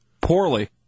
poorly